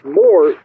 more